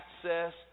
access